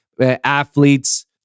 athletes